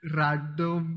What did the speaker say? random